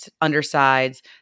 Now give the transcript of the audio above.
undersides